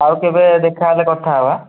ଆଉ କେବେ ଦେଖା ହେଲେ କଥା ହେବା